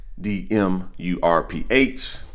D-M-U-R-P-H